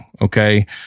okay